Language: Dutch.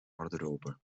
garderobe